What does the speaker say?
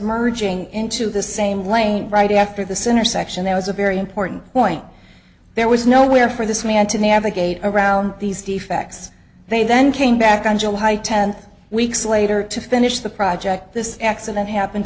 merging into the same lane right after this intersection there was a very important point there was nowhere for this man to navigate around these defects they then came back on july tenth weeks later to finish the project this accident happened